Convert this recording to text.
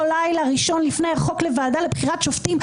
לילה ראשון לפני החוק לוועדה לבחירת שופטים,